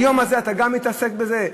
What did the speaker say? היום הזה אתה גם מתעסק בזה?